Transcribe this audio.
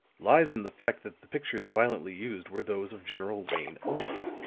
lies in the fact that the pictures violently used were those of general wayne only.